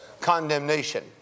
condemnation